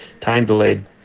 time-delayed